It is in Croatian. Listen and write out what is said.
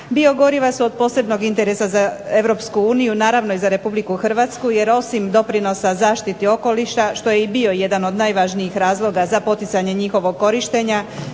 Biogoriva su od posebnog interesa za Europsku uniju, naravno i za Republiku Hrvatsku jer osim doprinosa zaštiti okoliša što je i bio jedan od najvažnijih razloga za poticanje njihovog korištenja